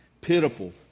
pitiful